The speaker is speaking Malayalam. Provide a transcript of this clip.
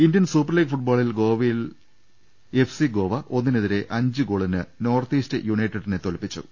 ഇന്ത്യൻ സൂപ്പർ ലീഗ് ഫുട്ബോളിൽ ഗോവയിൽ എഫ്സി ഗോവ ഒന്നിനെതിരെ അഞ്ച് ഗോളിന് നോർത്ത് ഈസ്റ്റ് യുണൈറ്റഡിനെ തോൽപ്പിച്ചു